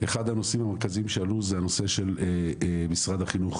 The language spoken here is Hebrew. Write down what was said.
אחד הנושאים המרכזיים שעלו זה הנושא של משרד החינוך,